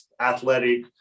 athletic